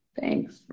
Thanks